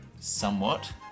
Somewhat